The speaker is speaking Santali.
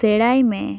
ᱥᱮᱬᱟᱭ ᱢᱮ